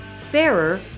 fairer